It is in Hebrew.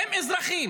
הם אזרחים.